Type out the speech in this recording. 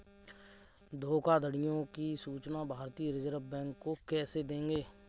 धोखाधड़ियों की सूचना भारतीय रिजर्व बैंक को कैसे देंगे?